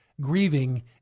grieving